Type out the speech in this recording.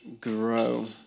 grow